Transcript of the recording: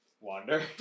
Wander